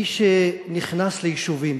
מי שנכנס ליישובים,